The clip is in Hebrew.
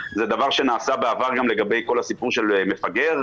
זה דבר שנעשה בעבר לכל הסיפור של מפגר,